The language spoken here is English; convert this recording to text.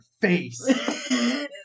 face